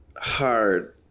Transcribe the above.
hard